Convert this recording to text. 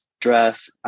dress